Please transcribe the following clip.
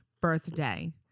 birthday